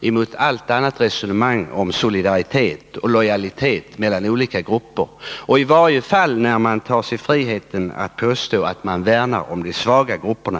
med allt resonemang om solidaritet och lojalitet mellan olika grupper — i varje fall när man tar sig friheten att påstå att man värnar om de svaga grupperna.